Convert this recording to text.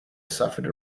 suffered